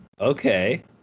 Okay